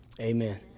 Amen